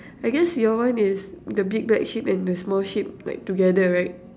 I guess your one is the big black sheep and the small sheep like together right